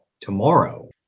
tomorrow